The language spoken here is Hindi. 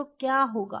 तो क्या होगा